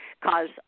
cause